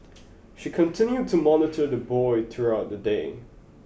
she continued to monitor the boy throughout the day